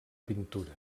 pintura